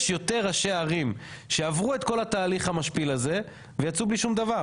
יש יותר ראשי ערים שעברו את כל התהליך המשפיל הזה ויצאו בלי שום דבר,